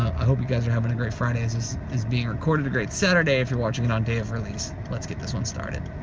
i hope you guys are having a great friday as this is being recorded, a great saturday if you're watching it on day of release. let's get this one started.